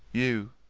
you,